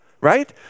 right